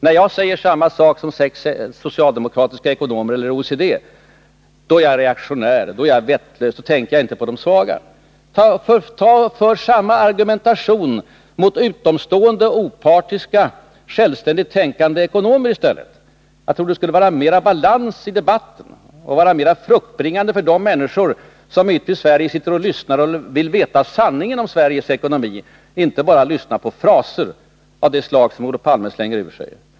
När jag säger samma sak som sex socialdemokratiska ekonomer eller OECD är jag reaktionär, då är jag vettlös och då tänker jag inte på de svaga. För samma argumentation mot utomstående, opartiska och självständigt tänkande ekonomer i stället! Jag tror att det skulle bli mer balans i debatten och vara mer fruktbringande för de människor som ute i Sverige sitter och lyssnar och vill veta sanningen om Sveriges ekonomi och inte bara lyssna till fraser av det slag som Olof Palme slänger ur sig.